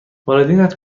والدینت